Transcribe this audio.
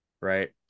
right